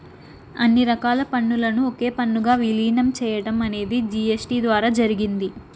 అన్ని రకాల పన్నులను ఒకే పన్నుగా విలీనం చేయడం అనేది జీ.ఎస్.టీ ద్వారా జరిగింది